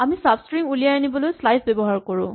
আমি চাব ষ্ট্ৰিং উলিয়াই আনিবলৈ শ্লাইচ ব্যৱহাৰ কৰো